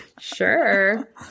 Sure